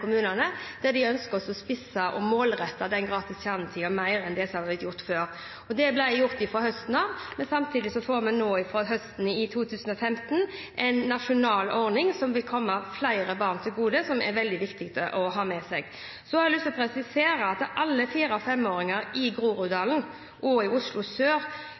ønsker å spisse og målrette den gratis kjernetiden mer enn det som har blitt gjort før. Det ble gjort fra høsten av, men samtidig får vi nå fra høsten 2015 en nasjonal ordning som vil komme flere barn til gode, som er veldig viktig å ha med seg. Så har jeg lyst til å presisere at alle fire- og femåringer i Groruddalen og i Oslo Sør